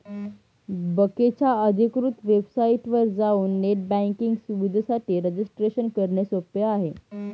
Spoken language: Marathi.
बकेच्या अधिकृत वेबसाइटवर जाऊन नेट बँकिंग सुविधेसाठी रजिस्ट्रेशन करणे सोपे आहे